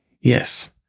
Yes